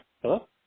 Hello